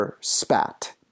spat